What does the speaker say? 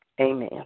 Amen